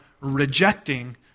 rejecting